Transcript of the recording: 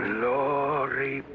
Glory